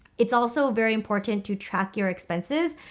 it's also very important to track your expenses.